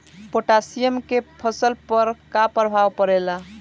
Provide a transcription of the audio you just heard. Potassium के फसल पर का प्रभाव पड़ेला?